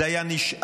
זה היה נשאר